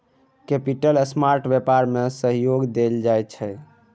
capital market व्यापार में सहयोग देल जाइ छै